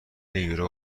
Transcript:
یورو